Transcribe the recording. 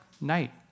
night